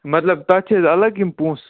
مطلب تَتھ چھِ حظ الگ یِم پۄنٛسہٕ